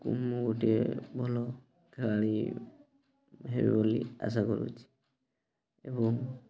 ଆକୁ ମୁଁ ଗୋଟିଏ ଭଲ ଖେଳାଳି ହେବି ବୋଲି ଆଶା କରୁଛି ଏବଂ